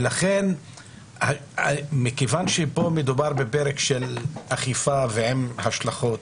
כאן מדובר בפרק של אכיפה עם השלכות.